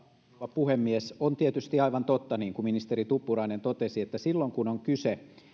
puhemies on tietysti aivan totta niin kuin ministeri tuppurainen totesi että silloin kun on kyse